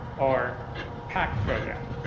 or pact, program.